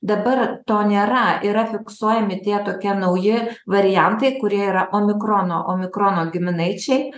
dabar to nėra yra fiksuojami tie tokie nauji variantai kurie yra omikrono omikrono giminaičiai